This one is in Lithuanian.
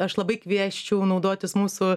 aš labai kviesčiau naudotis mūsų